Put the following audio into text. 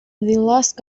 last